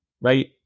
Right